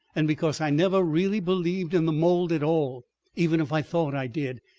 and because i never really believed in the mold at all even if i thought i did.